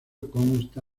consta